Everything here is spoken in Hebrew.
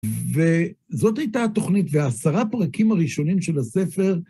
וזאת הייתה התוכנית, והעשרה פרקים הראשונים של הספר,